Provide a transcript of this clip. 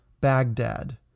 Baghdad